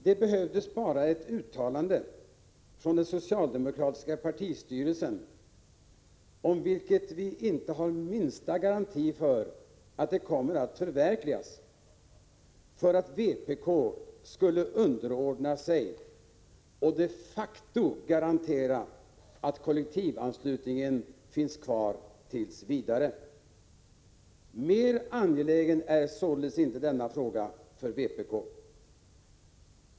Det behövdes bara ett uttalande från den socialdemokratiska partistyrelsen — om vilket vi inte har minsta garanti för att det kommer att förverkligas — för att vpk skulle underordna sig och de facto garantera att kollektivanslutningen finns kvar tills vidare. Mer angelägen är således inte denna fråga för vpk.